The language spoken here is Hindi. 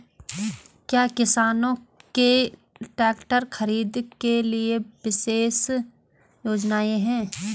क्या किसानों के लिए ट्रैक्टर खरीदने के लिए विशेष योजनाएं हैं?